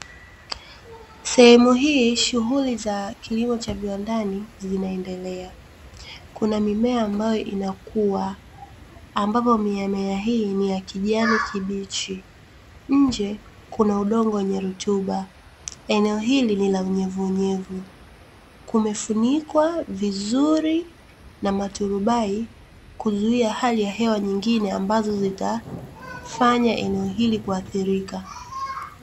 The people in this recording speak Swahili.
Sehemu hii shughuli za kilimo cha viwandani zinaendelea, kuna mimea ambayo inakuwa ambapo mimea hii ni ya kijani kibichi, nje kuna udongo wenye rutuba eneo hili ni la unyevu unyevu kumefunikwa vizuri na maturubai kuzuia hali ya hewa nyingine ambazo zitafanya eneo hili kuathirika.